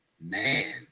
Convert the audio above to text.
Man